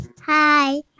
Hi